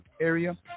area